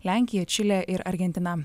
lenkija čilė ir argentina